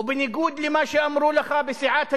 ובניגוד למה שאמרו לך בסיעת הליכוד,